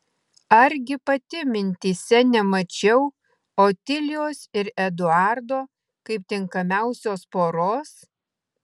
argi pati mintyse nemačiau otilijos ir eduardo kaip tinkamiausios poros